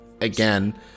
again